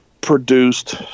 produced